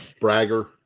bragger